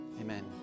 Amen